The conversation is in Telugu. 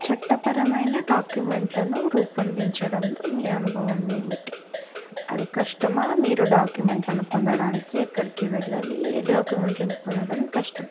చట్టపరమైన డాక్యుమెంట్లను రూపొందించడంలో మీ అనుభవం ఏమిటి అది కష్టమా మీరు డాక్యుమెంట్లను పొందడానికి ఎక్కడికి వెళ్లాలి ఏ డాక్యుమెంట్లను పొందడం కష్టం